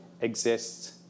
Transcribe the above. exists